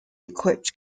equipped